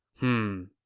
hmm.